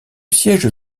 siège